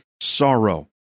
sorrow